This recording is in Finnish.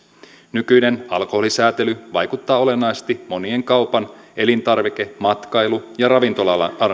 nykyinen alkoholisääntely vaikuttaa olennaisesti monien kaupan elintarvike matkailu ja ravintola alan